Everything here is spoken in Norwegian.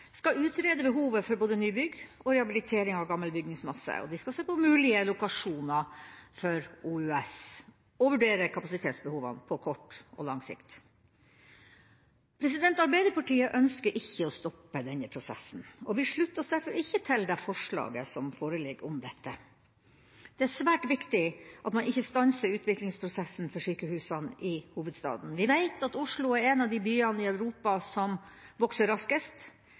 skal utrede behovet både for nybygg og rehabilitering av gammel bygningsmasse, og de skal se på mulige ulike lokasjoner for OUS og vurdere kapasitetsbehovene på kort og lang sikt. Arbeiderpartiet ønsker ikke å stoppe denne prosessen, og vi slutter oss derfor ikke til det forslaget som foreligger. Det er svært viktig at man ikke stanser utviklingsprosessen for sykehusene i hovedstaden. Vi vet at Oslo er en av de byene i Europa som vokser raskest.